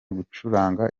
gucuranga